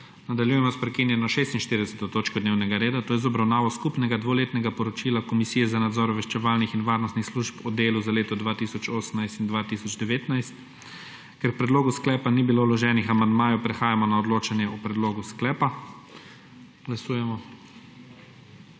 Nadaljujemo s prekinjeno 46. točko dnevnega reda, to je z obravnavo Skupnega dvoletnega poročila o delu Komisije za nadzor obveščevalnih in varnostnih služb za leti 2018 in 2019. Ker k predlogu sklepa ni bilo vloženih amandmajev, prehajamo na odločanje o predlogu sklepa. Glasujemo.